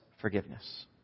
forgiveness